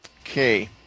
Okay